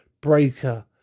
Breaker